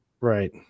Right